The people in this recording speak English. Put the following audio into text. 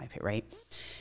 right